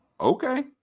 Okay